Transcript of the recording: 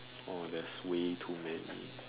oh there's way too many